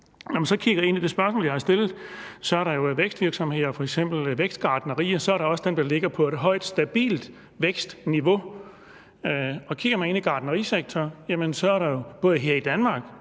Når man så kigger ind i det spørgsmål, jeg har stillet, så er der jo i forhold til vækstgartnerier også dem, der ligger på et højt, stabilt vækstniveau. Og kigger man ind i gartnerisektoren, er der både her i Danmark